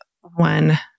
one